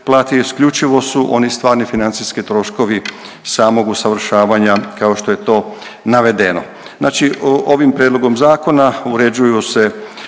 plati, isključivo su oni stvarni financijski troškovi samog usavršavanja kao što je to navedeno. Znači ovim prijedlogom zakona uređuju se